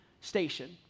Station